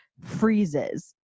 freezes